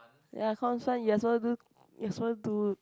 ya cause one you are supposed to do you are supposed to do